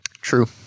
True